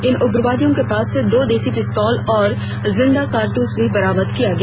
इन उग्रवादियों के पास से दो देसी पिस्तौल और जिंदा कारतूस भी बरामद किया गया